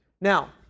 Now